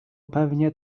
pewnie